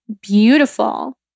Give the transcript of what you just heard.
beautiful